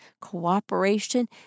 cooperation